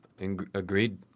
Agreed